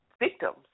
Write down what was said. victims